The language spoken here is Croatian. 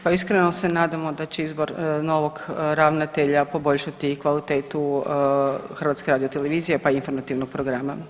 Pa iskreno se nadamo da će izbor novog ravnatelja poboljšati kvalitetu HRT-a, pa i informativnog programa.